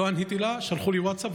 לא עניתי לה ושלחו לי ווטסאפ,